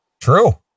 True